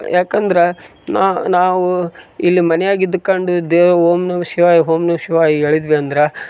ಯಾಕಂದರ ನಾವು ಇಲ್ಲಿ ಮನ್ಯಾಗೆ ಇದ್ಕಂಡು ದೇವ ಓಂ ನಮಃ ಶಿವಾಯ ಓಂ ನಮಃ ಶಿವಾಯ ಹೇಳಿದ್ವಿ ಅಂದರ